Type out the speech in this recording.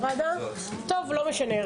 טוב, לא משנה.